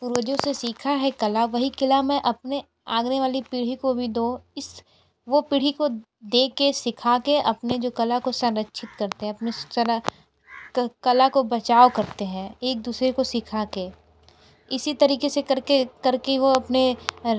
पूर्वजों से सीखा है कला वही कला मैं अपने आगे वाली पीढ़ी को भी दो इस वो पीढ़ी दे के सिखा के अपने जो कला को संरक्षित करते हैं अपने स्ला क कला का बचाव करते हैं एक दूसरे को सिखा के इसी तरीके से कर के कर के वो अपने